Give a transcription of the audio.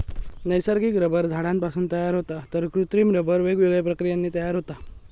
नैसर्गिक रबर झाडांपासून तयार होता तर कृत्रिम रबर वेगवेगळ्या प्रक्रियांनी तयार होता